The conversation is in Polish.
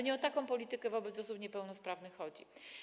Nie o taką politykę wobec osób niepełnosprawnych chodzi.